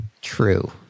True